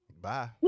Bye